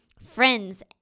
friends